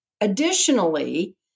Additionally